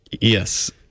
yes